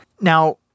Now